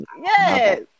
Yes